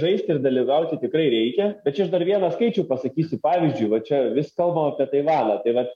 žaist ir dalyvauti tikrai reikia bet čia aš dar vieną skaičių pasakysiu pavyzdžiui va čia vis kalbam apie taivaną vat